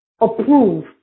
approve